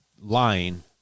lying